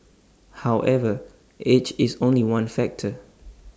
however age is only one factor